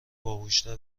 باهوشتر